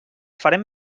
farem